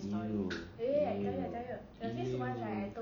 !eww! !eww! !eww!